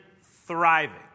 thriving